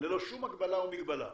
ללא שום הגבלה או מגבלה.